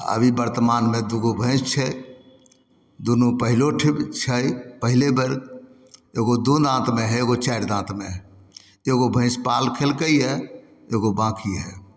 तऽ अभी वर्तमान मे दूगो भैंस छै दुनू पहिलाेठ छै पहिले बेर एगो दू दाँतमे है एगो चारि दाँतमे है एगो भैंस पाल खेलकैया एगो बाँकी हइ